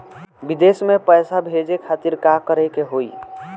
विदेश मे पैसा भेजे खातिर का करे के होयी?